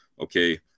okay